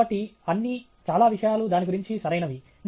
కాబట్టి అన్ని చాలా విషయాలు దాని గురించి సరైనవి